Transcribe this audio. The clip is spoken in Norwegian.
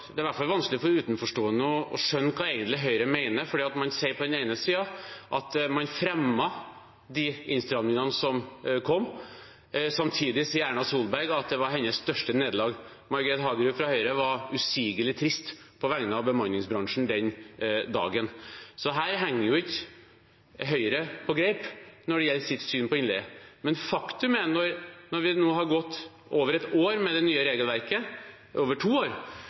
skjønne hva Høyre egentlig mener. Man sier på den ene siden at man fremmer forslag til de innstrammingene som kom. Samtidig sa Erna Solberg at det var hennes største nederlag. Margret Hagerup fra Høyre var usigelig trist på vegne av bemanningsbransjen den dagen. Så her henger jo ikke Høyre på greip når det gjelder sitt syn på innleie. Men faktum er at når det nå har gått over to år med det nye regelverket,